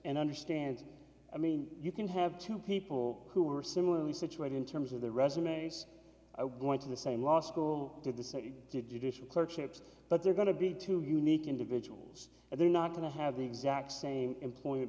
and understand i mean you can have two people who are similarly situated in terms of their resumes i want to the same law school did the same judicial clerkships but they're going to be two unique individuals and they're not going to have the exact same employ